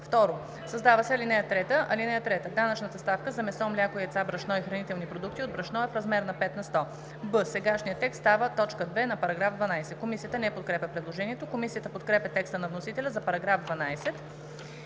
и“. 2. Създава се ал. 3: „(3) Данъчната ставка за месо, мляко, яйца, брашно и хранителни продукти от брашно е в размер на 5 на сто“. б) сегашният текст става т. 2 на § 12.“ Комисията не подкрепя предложението. Комисията подкрепя текста на вносителя за § 12.